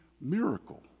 miracle